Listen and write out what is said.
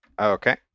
Okay